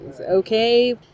okay